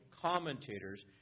commentators